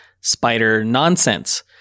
Spider-Nonsense